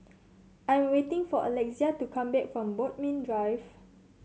I am waiting for Alexia to come back from Bodmin Drive